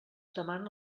demana